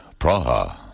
Praha